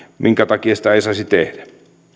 minkä takia niitä ei saisi tehdä